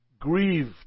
grieved